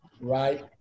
right